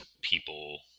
people